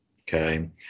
okay